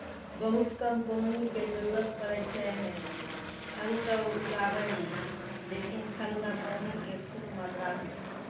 बहुत कम पानी के जरूरत पड़ै छै है फल कॅ उगाबै मॅ, लेकिन फल मॅ पानी के खूब मात्रा होय छै